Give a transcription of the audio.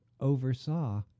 oversaw